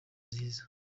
nziza